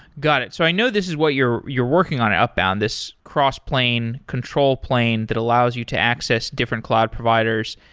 got it. so i know this is what you're you're working on upbound, this cross-plane, control plane that allows you to access different cloud providers.